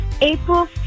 April